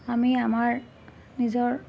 আমি আমাৰ নিজৰ